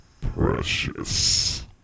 precious